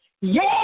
Yes